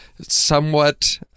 somewhat